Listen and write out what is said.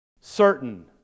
Certain